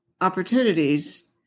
opportunities